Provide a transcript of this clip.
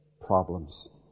problems